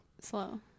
slow